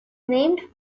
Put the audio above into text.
named